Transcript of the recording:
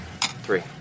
Three